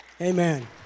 amen